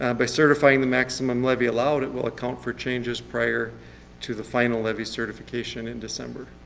um by certifying the maximum levy allowed, it will account for changes prior to the final levy certification in december.